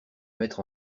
mettre